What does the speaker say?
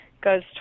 goes